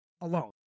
alone